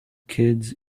kids